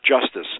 justice